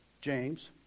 James